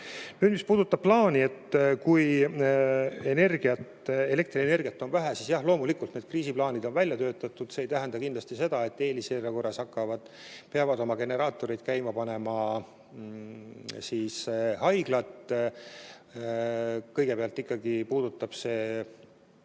mis puudutab plaani juhuks, kui elektrienergiat on vähe. Jah, loomulikult on kriisiplaanid välja töötatud. See ei tähenda kindlasti seda, et eelisjärjekorras peavad oma generaatorid käima panema haiglad. Kõigepealt puudutab see